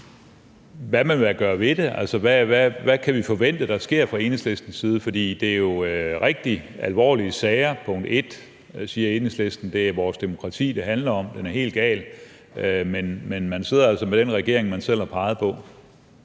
vil man så gøre ved det? Altså, hvad kan vi forvente der sker fra Enhedslistens side? For det er jo rigtig alvorlige sager, siger Enhedslisten; det er vores demokrati, det handler om, den er helt gal. Men man sidder altså med den regering, man selv har peget på.